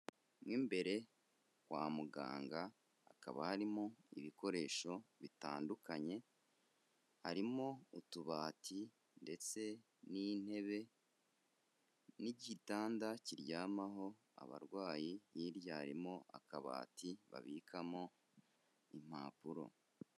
Mo imbere kwa muganga hakaba harimo ibikoresho bitandukanye, harimo utubati ndetse n'intebe n'igitanda kiryamaho abarwayi, hirya harimo akabati babikamo impapuro.